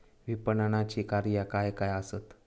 विपणनाची कार्या काय काय आसत?